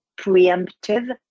preemptive